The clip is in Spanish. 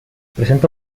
presenta